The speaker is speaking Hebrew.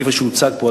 כפי שהוצג פה,